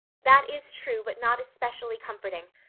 that is true but not especially comforting.